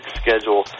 schedule